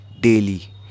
daily